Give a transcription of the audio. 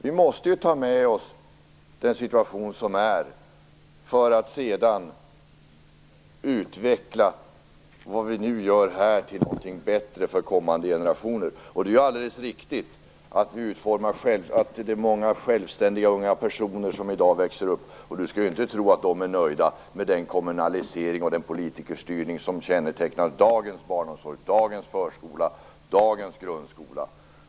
Vi måste ta med oss den situation som är för att sedan utveckla vad vi nu gör till någonting bättre för kommande generationer. Det är alldeles riktigt att det är självständiga unga personer som i dag växer upp, men vi skall inte tro att de är nöjda med den kommunalisering och den politikerstyrning som kännetecknar dagens barnomsorg, förskola och grundskola.